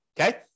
okay